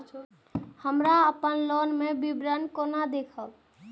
हमरा अपन लोन के विवरण केना देखब?